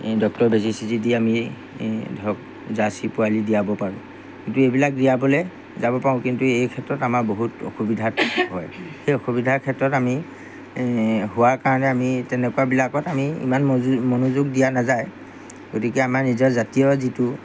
ডক্টৰৰ বেজী চেজি দি আমি ধৰক জাৰ্ছি পোৱালি দিয়াব পাৰোঁ কিন্তু এইবিলাক দিয়াবলৈ যাব পাৰোঁ কিন্তু এইক্ষেত্ৰত আমাৰ বহুত অসুবিধাত হয় সেই অসুবিধাৰ ক্ষেত্ৰত আমি হোৱাৰ কাৰণে আমি তেনেকুৱাবিলাকত আমি ইমান মনোযোগ দিয়া নাযায় গতিকে আমাৰ নিজৰ জাতীয় যিটো